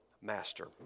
master